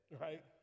right